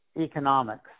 economics